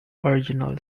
original